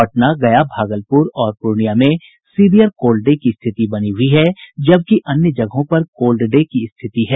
पटना गया भागलपूर और पूर्णिया में severe cold day की स्थिति बनी रही जबकि अन्य जगहों पर कोल्ड डे की स्थिति रही